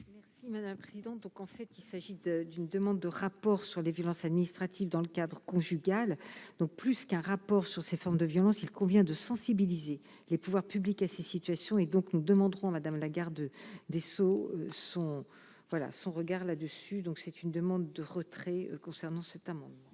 merci, madame. Donc en fait il s'agit de d'une demande de rapport sur les violences administrative dans le cadre conjugal, donc plus qu'un rapport sur ces formes de violences, il convient de sensibiliser les pouvoirs publics à ces situations, et donc nous demanderons Madame la Garde des Sceaux, son voilà son regard là-dessus, donc c'est une demande de retrait concernant cet amour.